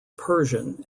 persian